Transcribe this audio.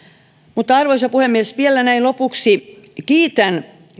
arvoisa puhemies vielä näin lopuksi kiitän